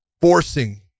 forcing